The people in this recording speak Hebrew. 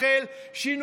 אישי